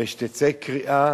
ושתצא קריאה